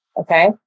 okay